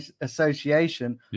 Association